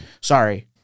Sorry